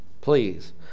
Please